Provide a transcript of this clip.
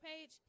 page